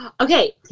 Okay